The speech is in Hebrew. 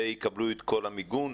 ויקבלו את כל המיגון,